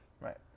Right